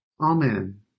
Amen